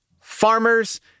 farmers